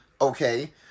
okay